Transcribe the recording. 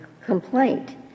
complaint